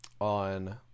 on